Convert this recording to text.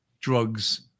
drugs